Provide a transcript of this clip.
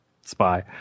spy